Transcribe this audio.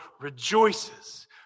rejoices